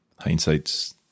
hindsight's